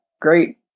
great